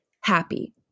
happy